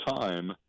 time